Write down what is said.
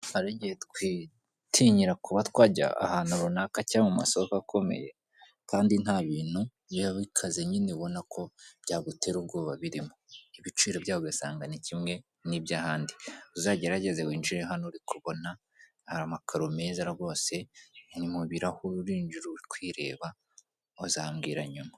Hari igihe twitinyira kuba twajya ahantu runaka cyangwa mu masoko akomeye kandi ntabintu biba bikaze nyine ubona ko byagutera ubwoba birimo, ibiciro byaho ugasanga ni kimwe niby'ahandi uzagerageze winjire hano uri kubona, hari amakaro meza rwose mu birahure urinjira uri kwireba uzambwira nyuma.